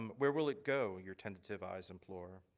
um where will it go? your tentative eyes implore.